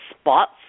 spots